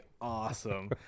awesome